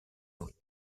août